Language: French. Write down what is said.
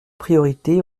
priorité